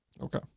okay